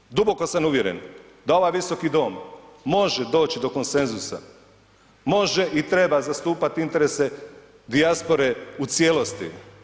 Molim vas, duboko sam uvjeren da ovaj Visoki dom može doći do konsenzusa, može i treba zastupati interese dijaspore u cijelosti.